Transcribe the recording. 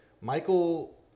Michael